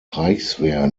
reichswehr